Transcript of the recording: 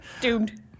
Doomed